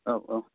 औ औ